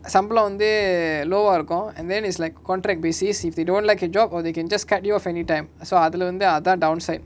சம்பலோ வந்து:sambalo vanthu low ah இருக்கு:iruku and then is like contract basis if they don't want like the job or they can just cut you off anytime so அதுல வந்து அதா:athula vanthu athaa downside